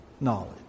knowledge